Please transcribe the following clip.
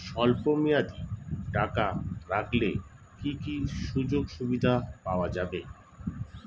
স্বল্পমেয়াদী টাকা রাখলে কি কি সুযোগ সুবিধা পাওয়া যাবে?